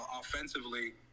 offensively